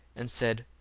and said,